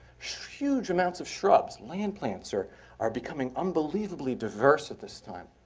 huge amounts of shrubs. land plants are are becoming unbelievably diverse at this time.